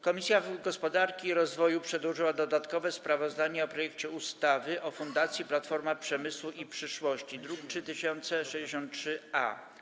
Komisja Gospodarki i Rozwoju przedłożyła dodatkowe sprawozdanie o projekcie ustawy o Fundacji Platforma Przemysłu Przyszłości, druk nr 3063-A.